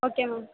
okay ma'am